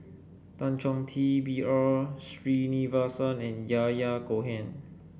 Tan Chong Tee B R Sreenivasan and Yahya Cohen